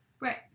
Right